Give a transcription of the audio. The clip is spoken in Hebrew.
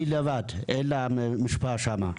היא לבד, אין לה משפחה שמה,